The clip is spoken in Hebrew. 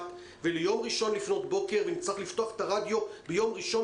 וליום ראשון לפנות בוקר ונצטרך לפתוח את הרדיו ביום ראשון